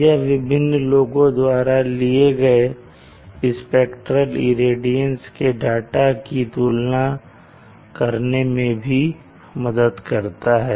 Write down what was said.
यह विभिन्न लोगों द्वारा लिए गए स्पेक्ट्रेल इरेडियंस के डाटा की तुलना करने में भी मदद करता है